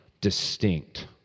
distinct